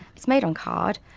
it's made on card,